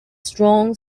strong